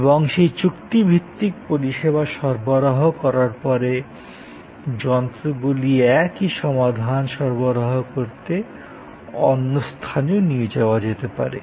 এবং সেই চুক্তিভিত্তিক পরিষেবা সরবরাহ করার পরে যন্ত্র গুলি একই সমাধান সরবরাহ করতে অন্য স্থানে নিয়ে যাওয়া যেতে পারে